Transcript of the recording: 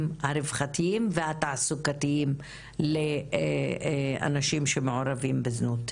הרווחתיים והתעסוקתיים לאנשים שמעורבים בזנות.